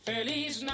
Feliz